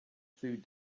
food